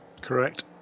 Correct